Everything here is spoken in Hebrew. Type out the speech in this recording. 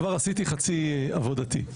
כבר עשיתי חצי עבודתי.